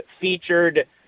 featured